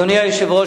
אדוני היושב-ראש,